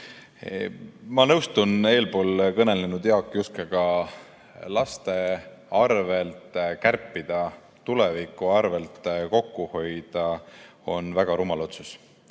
Ma nõustun eelkõnelenud Jaak Juskega. Laste arvel kärpida, tuleviku arvel kokku hoida on väga rumal otsus,